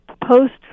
post